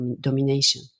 domination